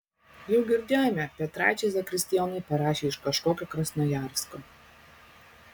jau girdėjome petraičiai zakristijonui parašė iš kažkokio krasnojarsko